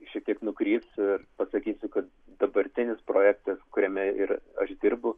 šiek tiek nukrypsiu ir pasakysiu kad dabartinis projektas kuriame ir aš dirbu